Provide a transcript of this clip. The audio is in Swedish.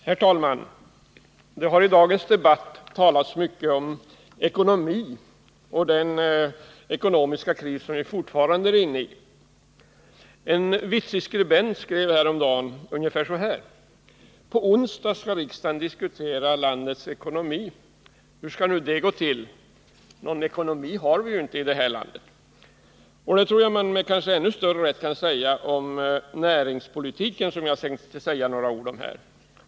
Herr talman! I dagens debatt har det talats mycket om ekonomi och den ekonomiska kris som vi fortfarande är inne i. En vitsig skribent skrev häromdagen ungefär så här: På onsdag debatterar riksdagen den svenska ekonomin, hur det nu skall gå till, för någon sådan har vi ju inte i det här landet. Det tror jag att man kanske med ännu större rätt kan säga om näringspolitiken, som jag tänkte säga några ord om här.